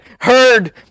heard